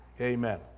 Amen